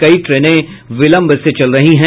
कई ट्रेनें विलंब से चल रही हैं